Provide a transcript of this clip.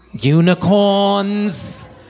unicorns